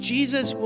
Jesus